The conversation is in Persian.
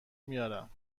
میارم